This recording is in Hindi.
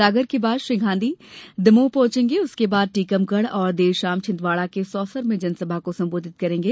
सागर के बाद श्री गांधी दमोह पहॅचेंगे उसके बाद टीकमगढ़ और देर शाम छिन्दवाड़ा के सौसर में जनसभा को संबोधित करेंगे